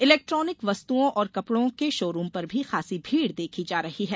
electronic वस्तुओं और कपड़ों के शोरूम पर भी खासी भीड़ देखी जा रही है